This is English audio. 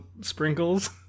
sprinkles